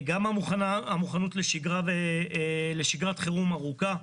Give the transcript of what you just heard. גם המוכנות לשגרת חירום ארוכה.